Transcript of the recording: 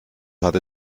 hatte